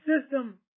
system